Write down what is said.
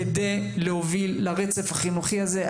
כדי להוביל לרצף החינוכי הזה.